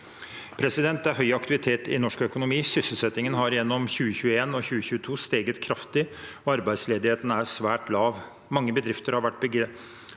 eller mer. Det er høy aktivitet i norsk økonomi. Sysselsettingen har gjennom 2021 og 2022 steget kraftig. Arbeidsledigheten er svært lav. Mange bedrifter har vært begren